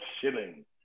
shilling